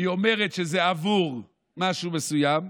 היא אומרת שזה בעבור משהו מסוים,